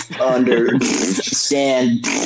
understand